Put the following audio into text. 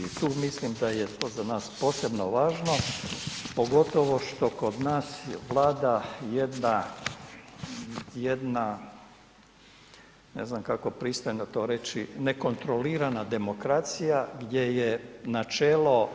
I tu mislim da je to za nas posebno važno pogotovo što kod nas vlada jedna, ne znam kako pristojno to reći, nekontrolirana demokracija gdje je načelo